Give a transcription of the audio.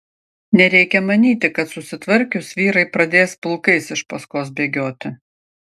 nereikia manyti kad susitvarkius vyrai pradės pulkais iš paskos bėgioti